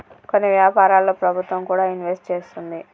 కొన్ని వ్యాపారాల్లో ప్రభుత్వం కూడా ఇన్వెస్ట్ చేస్తుంది